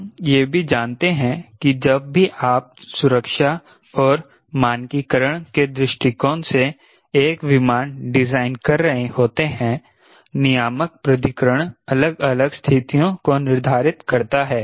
हम यह भी जानते हैं कि जब भी आप सुरक्षा और मानकीकरण के दृष्टिकोण से एक विमान डिजाइन कर रहे होते हैं नियामक प्राधिकरण अलग अलग स्तिथियों को निर्धारित करता है